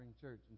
Church